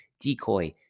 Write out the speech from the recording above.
decoy